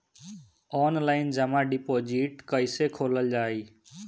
Online जमा deposit कैसे खोलल जाइ?